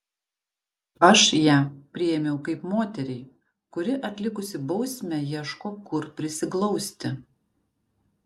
aš ją priėmiau kaip moterį kuri atlikusi bausmę ieško kur prisiglausti